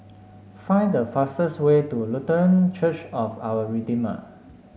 find the fastest way to Lutheran Church of Our Redeemer